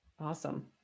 Awesome